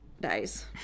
dies